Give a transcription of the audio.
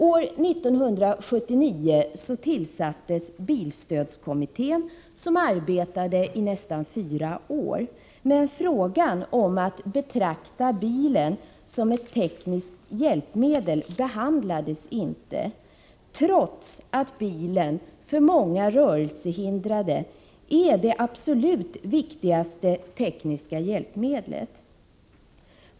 År 1979 tillsattes bilstödskommittén, som arbetade i nästan fyra år, men frågan om att betrakta bilen som ett tekniskt hjälpmedel behandlades inte, trots att bilen för många rörelsehindrade är det absolut viktigaste tekniska hjälpmedlet.